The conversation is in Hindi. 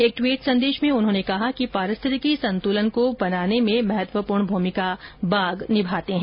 एक ट्वीट संदेश में उन्होंने कहा कि पारिस्थितिक संतुलन को बनाने में बाघ महत्वपूर्ण भूमिका निभाते हैं